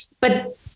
But-